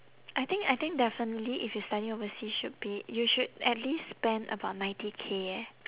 I think I think definitely if you study overseas should be you should at least spend about ninety K eh